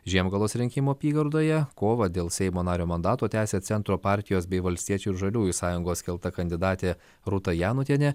žiemgalos rinkimų apygardoje kovą dėl seimo nario mandato tęsia centro partijos bei valstiečių ir žaliųjų sąjungos kelta kandidatė rūta janutienė